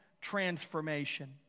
transformation